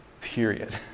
period